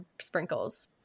sprinkles